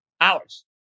Hours